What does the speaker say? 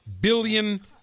billion